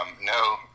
No